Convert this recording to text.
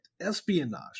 espionage